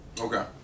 Okay